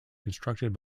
constructed